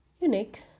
Unique